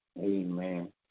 Amen